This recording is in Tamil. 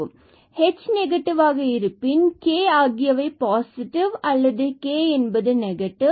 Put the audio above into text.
இதன் h நெகட்டிவ் ஆக இருப்பின் k ஆகியவை பாசிட்டிவ் அல்லது k நெகட்டிவ்